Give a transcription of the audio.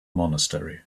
monastery